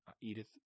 Edith